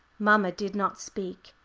mamma did not speak,